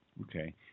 Okay